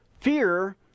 fear